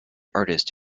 artist